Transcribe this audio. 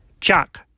Chuck